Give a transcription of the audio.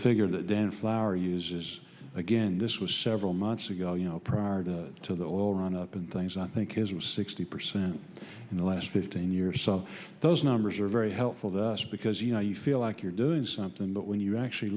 figure that dan flower uses again this was several months ago you know prior to the oil run up in things i think his was sixty percent in the last fifteen years so those numbers are very helpful to us because you know you feel like you're doing something but when you actually